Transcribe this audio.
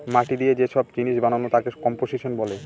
মাটি দিয়ে যে সব জিনিস বানানো তাকে কম্পোসিশন বলে